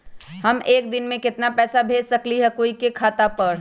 हम एक दिन में केतना पैसा भेज सकली ह कोई के खाता पर?